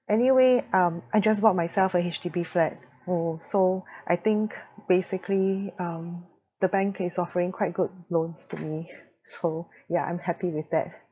anyway um I just bought myself a H_D_B flat oh so I think basically um the bank is offering quite good loans to me so yeah I'm happy with that